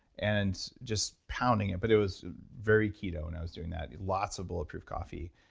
and just pounding it, but it was very keto when i was doing that. lots of bulletproof coffee,